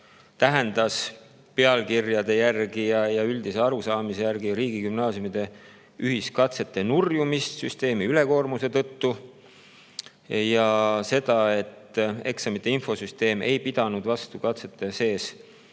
tähendas pealkirjade järgi [otsustades] ja üldise arusaamise järgi riigigümnaasiumide ühiskatsete nurjumist süsteemi ülekoormuse tõttu ja seda, et eksamite infosüsteem ei pidanud vastu katsete käigus